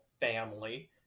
family